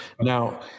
now